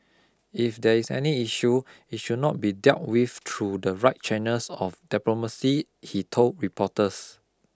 if there is any issue it should not be dealt with through the right channels of diplomacy he told reporters